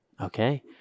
Okay